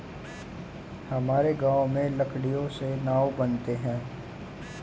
हमारे गांव में लकड़ियों से नाव बनते हैं